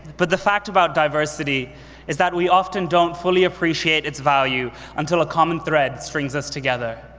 but the fact about diversity is that we often don't fully appreciate its value until a common thread strings us together.